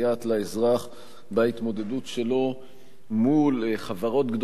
לאזרח בהתמודדות שלו מול חברות גדולות,